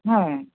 হ্যাঁ